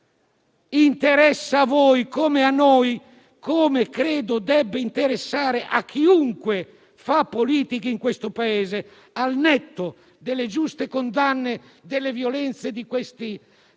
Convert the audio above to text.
interessa a voi come a noi, come credo debba interessare a chiunque fa politica in questo Paese, al netto delle giuste condanne delle violenze di questa